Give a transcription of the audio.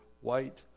white